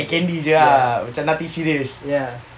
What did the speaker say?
like candy sia nothing serious